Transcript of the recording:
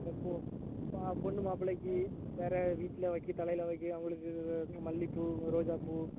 ஆ பொ ஆ பொண்ணு மாப்பிளைக்கு வேறு வீட்டில் வைக்க தலையில் வைக்க அவங்களுக்கு இந்த மல்லிப்பூ ரோஜாப்பூ